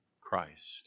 Christ